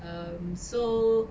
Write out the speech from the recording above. um so